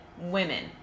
women